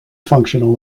functional